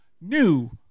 new